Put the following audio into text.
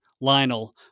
Lionel